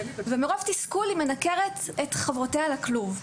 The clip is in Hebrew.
מרוב תסכול היא מנקרת את חברותיה לכלוב,